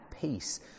peace